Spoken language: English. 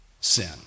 sin